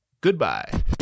Goodbye